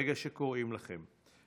ברגע שקוראים לכם,